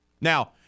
Now